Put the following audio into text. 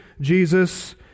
Jesus